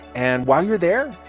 and while you're there,